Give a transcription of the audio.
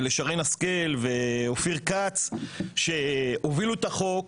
לשרן השכל ולאופיר כץ שהובילו את החוק,